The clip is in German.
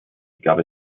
gab